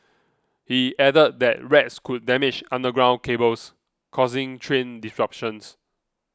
he added that rats could damage underground cables causing train disruptions